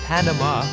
Panama